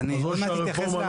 אז אני עוד מעט אתייחס.